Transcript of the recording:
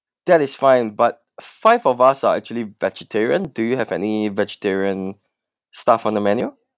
that is fine but five of us are actually vegetarian do you have any vegetarian stuff on the menu